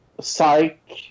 psych